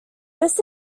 this